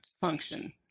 function